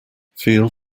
feel